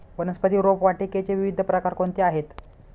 वनस्पती रोपवाटिकेचे विविध प्रकार कोणते आहेत?